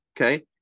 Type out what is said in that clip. okay